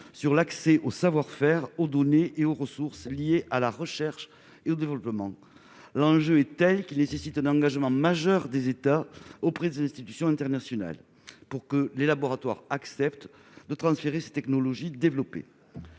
sur l'accès « au savoir-faire, aux données et aux ressources » liées à la recherche et développement. L'enjeu est tel qu'il nécessite un engagement majeur des États auprès des institutions internationales pour que les laboratoires acceptent de transférer les technologies développées.